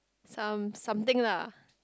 some something lah